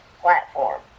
platform